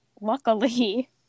luckily